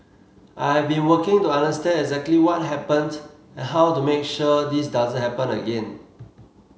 I've been working to understand exactly what happened and how to make sure this doesn't happen again